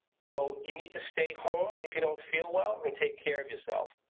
so you need to stay home, if you don't feel well. and take care of yourself.